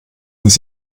muss